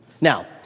Now